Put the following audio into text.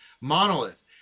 monolith